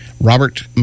Robert